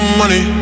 money